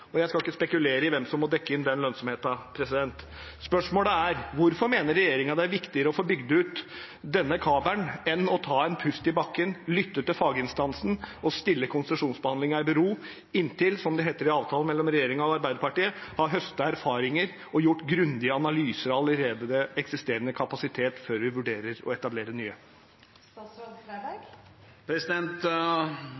Jeg skal ikke spekulere i hvem som må dekke inn den lønnsomheten. Spørsmålet er: Hvorfor mener regjeringen det er viktigere å få bygd ut denne kabelen enn å ta en pust i bakken, lytte til faginstansen og stille konsesjonsbehandlingen i bero inntil – som det heter i avtalen mellom regjeringen og Arbeiderpartiet – man har høstet erfaringer og gjort grundige analyser av allerede eksisterende kapasitet før man vurderer å etablere